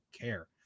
care